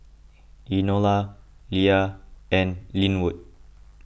Enola Leah and Lynwood